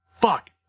fuck